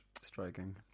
striking